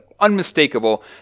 unmistakable